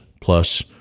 plus